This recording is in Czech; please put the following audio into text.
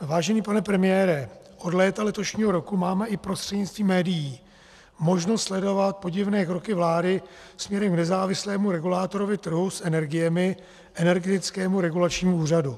Vážený pane premiére, od léta letošního roku máme i prostřednictvím médií možnost sledovat podivné kroky vlády směrem k nezávislému regulátorovi trhu s energiemi, Energetickému regulačnímu úřadu.